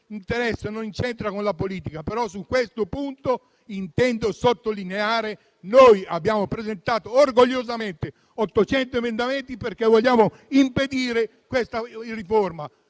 non c'entrano con la politica, però su questo punto intendo sottolineare che noi abbiamo presentato orgogliosamente 800 emendamenti perché vogliamo impedire questa riforma.